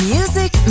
Music